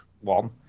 One